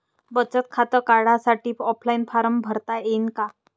बचत खातं काढासाठी ऑफलाईन फारम भरता येईन का?